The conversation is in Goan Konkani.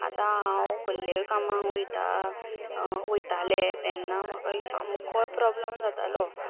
आतां हांव खोर्ले कामांक वयतां वयतालें तेन्ना म्हाका एक सामको प्रोब्लम जातालो